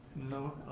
no,